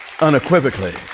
unequivocally